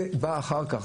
זה בא אחר כך,